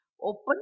open